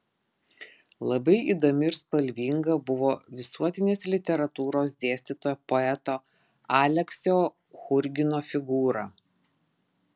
labai įdomi ir spalvinga buvo visuotinės literatūros dėstytojo poeto aleksio churgino figūra